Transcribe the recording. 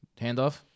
handoff